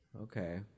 Okay